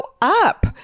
up